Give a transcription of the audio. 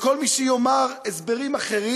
וכל מי שיאמר הסברים אחרים,